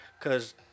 Cause